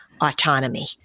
autonomy